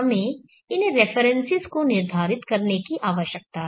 हमें इन रेफरेन्सेस को निर्धारित करने की आवश्यकता है